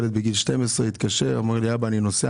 הילד בן 12 התקשר אמר לי 'אבא, אני נוסע'.